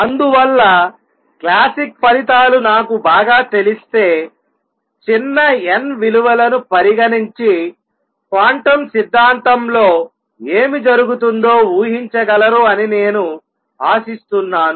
అందువల్ల క్లాసిక్ ఫలితాలు నాకు బాగా తెలిస్తే చిన్న n విలువలను పరిగణించి క్వాంటం సిద్ధాంతంలో ఏమి జరుగుతుందో ఊహించగలరు అని నేను ఆశిస్తున్నాను